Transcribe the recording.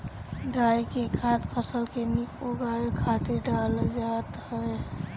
डाई के खाद फसल के निक उगावे खातिर डालल जात हवे